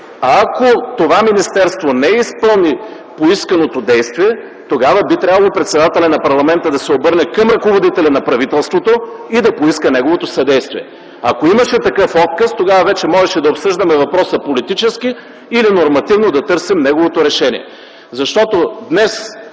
Ако това министерство не изпълни поисканото действие, тогава би трябвало председателят на парламента да се обърне към ръководителя на правителството и да поиска неговото съдействие. Ако имаше такъв отказ, тогава вече можеше да обсъждаме въпроса политически или нормативно да търсим неговото решение,